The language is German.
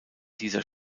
dieser